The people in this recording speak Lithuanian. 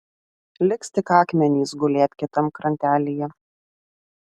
liks tik akmenys gulėt kitam krantelyje